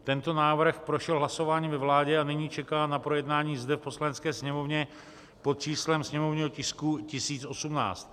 Tento návrh prošel hlasováním ve vládě a nyní čeká na projednání zde v Poslanecké sněmovně pod číslem sněmovního tisku 1018.